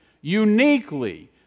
uniquely